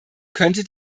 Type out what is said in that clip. könnte